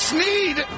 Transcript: Sneed